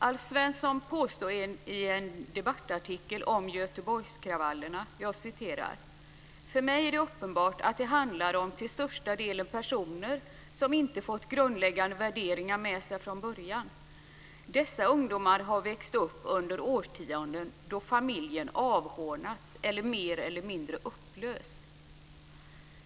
Alf Svensson påstod följande i en debattartikel om Göteborgskravallerna: För mig är det uppenbart att det handlar om till största delen personer som inte fått grundläggande värderingar med sig från början. Dessa ungdomar har växt upp under årtionden då familjen avhånats eller mer eller mindre upplösts.